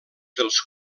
dels